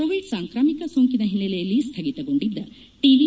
Covid ಸಾಂಕ್ರಾಮಿಕ ಸೋಂಕಿನ ಹಿನ್ನೆಲೆಯಲ್ಲಿ ಸ್ತಗಿತಗೊಂಡಿದ್ದ ಟಿ